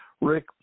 Rick